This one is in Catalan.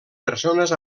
persones